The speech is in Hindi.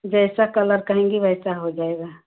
जैसा कलर कहेंगी वैसा हो जाएगा